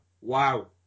wow